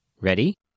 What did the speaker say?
Ready